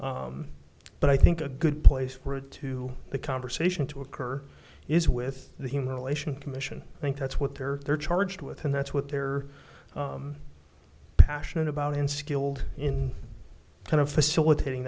go but i think a good place for it to the conversation to occur is with the human relations commission i think that's what they're there charged with and that's what they're passionate about in skilled in kind of facilitating